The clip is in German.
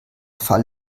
fall